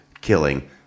killing